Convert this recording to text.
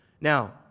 Now